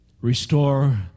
restore